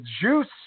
Juice